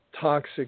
toxic